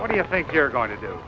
what do you think you're going to do